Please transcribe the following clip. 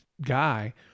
guy